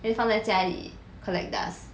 then 放在家里 collect dust